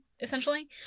essentially